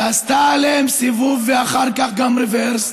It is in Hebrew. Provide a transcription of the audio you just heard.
שעשתה עליהם סיבוב ואחר כך גם רוורס.